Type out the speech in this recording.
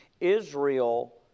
Israel